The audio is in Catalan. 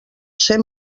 ser